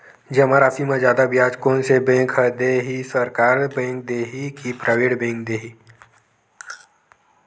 जमा राशि म जादा ब्याज कोन से बैंक ह दे ही, सरकारी बैंक दे हि कि प्राइवेट बैंक देहि?